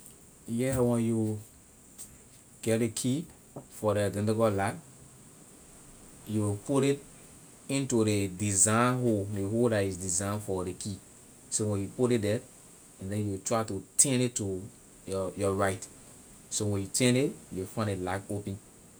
Yeah when you get ley key for the identical lock you will put it in to the design hole ley hole that is design for the key so when you put it the and then you will try to turn it to your your right so when you turn it you will find ley lock open.